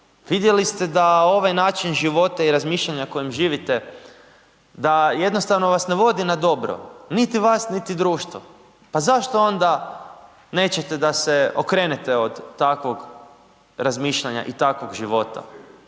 vidjeli ste da ovaj način života i razmišljanja kojim živite da jednostavno vas ne vodi na dobro, niti vas niti društvo, pa zašto onda nećete da se okrenete od takvog razmišljanja i takvog života?